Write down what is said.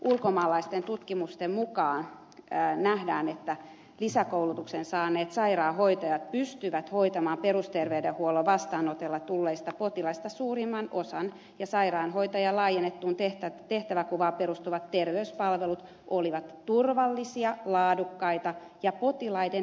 ulkomaalaisten tutkimusten mukaan nähdään että lisäkoulutuksen saaneet sairaanhoitajat pystyvät hoitamaan perusterveydenhuollon vastaanotolle tulleista potilaista suurimman osan ja sairaanhoitajan laajennettuun tehtävänkuvaan perustuvat terveyspalvelut ovat turvallisia laadukkaita ja potilaiden hyväksymiä